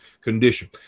condition